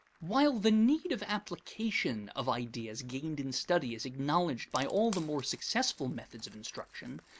while the need of application of ideas gained in study is acknowledged by all the more successful methods of instruction,